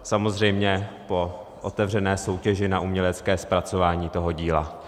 Samozřejmě po otevřené soutěži na umělecké zpracování toho díla.